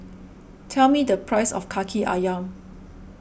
tell me the price of Kaki Ayam